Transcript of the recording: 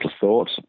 thought